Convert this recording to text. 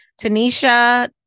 Tanisha